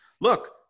look